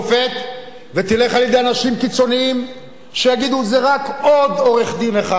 ותלך על-ידי אנשים קיצונים שיגידו: זה רק עוד עורך-דין אחד,